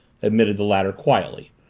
admitted the latter quietly,